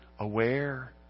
aware